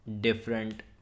different